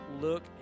look